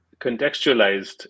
contextualized